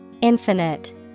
Infinite